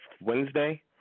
Wednesday